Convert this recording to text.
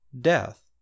death